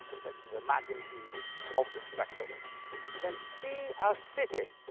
um sense of the magnitude of the spectacle then, see our city,